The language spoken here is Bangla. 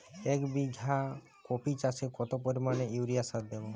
এক বিঘা কপি চাষে কত পরিমাণ ইউরিয়া সার দেবো?